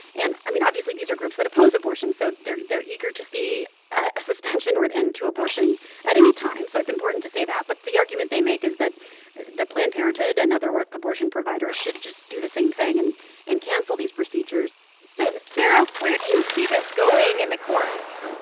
and i mean, obviously, these are groups that oppose abortion, so they're they're eager to see a suspension or an end to abortion at any time. so it's important to say that. but the argument they make is that planned parenthood and other abortion providers should just do the same thing and and cancel these procedures so sarah, where do you see this going in the courts?